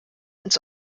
ins